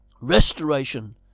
Restoration